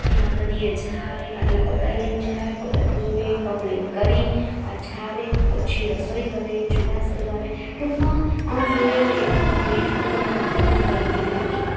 ત્યાં નદીએ જાય આટલા કપડાં લઈ ન જાય કપડાં ધોવે કમ્પ્લેટ કરી પાછા આવે પછી રસોઈ કરે ચૂલા સળગાવે ટૂંકમાં આમ જોઈએ તો એના ઘરમાં વીજળી પૂર્વક ઉપકરણો કંઈ હતા જ નહીં